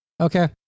Okay